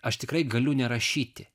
aš tikrai galiu nerašyti